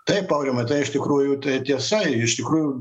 taip aurimai tai iš tikrųjų tai tiesa iš tikrųjų